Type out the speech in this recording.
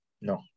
No